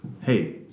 Hey